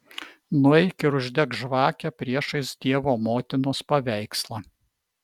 nueik ir uždek žvakę priešais dievo motinos paveikslą